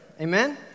amen